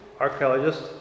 archaeologist